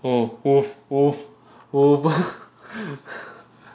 oh !oof! !oof! !oof!